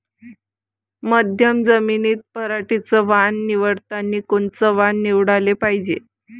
मध्यम जमीनीत पराटीचं वान निवडतानी कोनचं वान निवडाले पायजे?